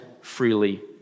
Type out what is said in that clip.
freely